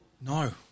No